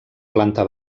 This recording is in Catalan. planta